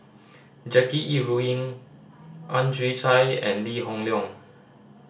Jackie Yi Ru Ying Ang Chwee Chai and Lee Hoon Leong